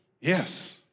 yes